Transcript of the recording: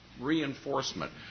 reinforcement